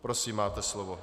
Prosím, máte slovo.